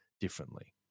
differently